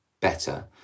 better